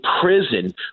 prison